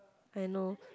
I know